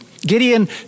Gideon